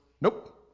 Nope